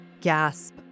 gasp